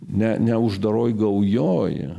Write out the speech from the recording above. ne neuždaroj gaujoj